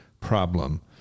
problem